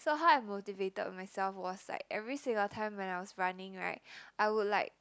so how I motivated myself was like every single time when I was running right I would like